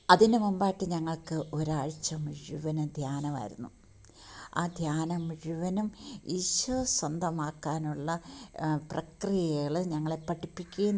അതിന് മുമ്പായിട്ട് ഞങ്ങൾക്ക് ഒരു ആഴ്ച മുഴുവനും ധ്യാനമായിരുന്നു ആ ധ്യാനം മുഴുവനും ഈശോ സ്വന്തമാക്കാനുള്ള പ്രക്രിയകൾ ഞങ്ങളെ പഠിപ്പിക്കുകയും